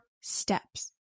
steps